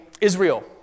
Israel